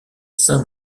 saint